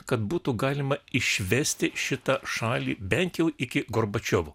kad būtų galima išvesti šitą šalį bent jau iki gorbačiovo